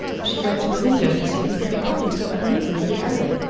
she went to the window to see who could be coming so unreasonably early,